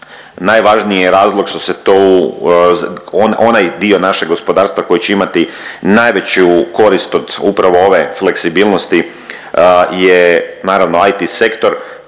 Najvažniji je razlog što se to u onaj dio našeg gospodarstva koji će imati najveću korist od upravo ove fleksibilnosti je naravno, IT sektor